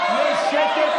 לסדר.